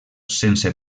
sense